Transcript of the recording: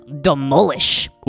demolish